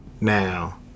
Now